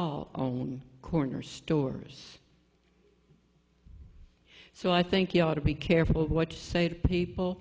all own corner stores so i think you ought to be careful what you say to people